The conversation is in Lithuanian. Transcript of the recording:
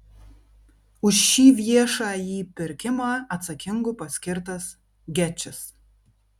už šį viešąjį pirkimą atsakingu paskirtas gečis